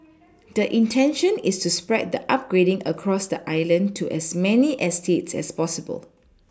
the intention is to spread the upgrading across the island to as many eStates as possible